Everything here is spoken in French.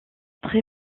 très